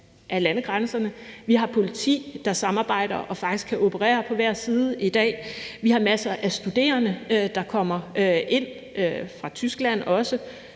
af landegrænserne. Vi har politi, der samarbejder og faktisk kan operere på hver side i dag. Vi har også masser af studerende, der kommer ind fra Tyskland for